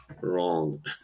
wrong